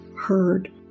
heard